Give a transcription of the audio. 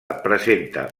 presenta